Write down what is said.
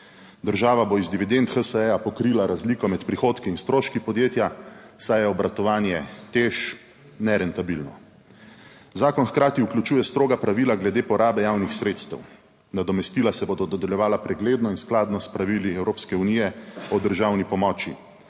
Država bo iz dividend HSE pokrila razliko med prihodki in stroški podjetja, saj je obratovanje TEŠ nerentabilno. Zakon hkrati vključuje stroga pravila glede porabe javnih sredstev. Nadomestila se bodo dodeljevala pregledno in skladno s pravili Evropske unije o državni pomoči.